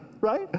right